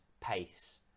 pace